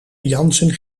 jansen